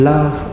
Love